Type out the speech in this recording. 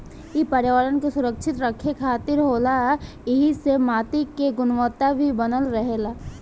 इ पर्यावरण के सुरक्षित रखे खातिर होला ऐइसे माटी के गुणवता भी बनल रहेला